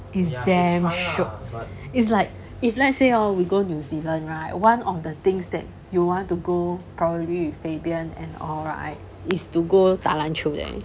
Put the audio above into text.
is damn shiok it's like if let's say hor we go new zealand right one of the things that you want to go probably with fabian and all right is to go 打篮球 there